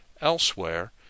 elsewhere